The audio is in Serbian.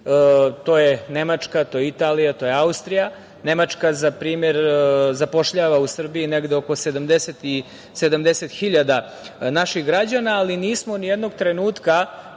To je Nemačka, to je Italija, to je Austrija. Nemačka za primer zapošljava u Srbiji negde oko 70.000 naših građana, ali nismo ni jednog trenutka